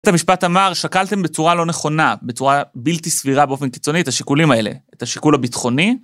בית ‫המשפט אמר שקלתם בצורה לא נכונה, ‫בצורה בלתי סבירה באופן קיצוני, ‫את השיקולים האלה, ‫את השיקול הביטחוני.